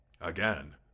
Again